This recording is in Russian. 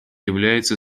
является